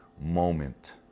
moment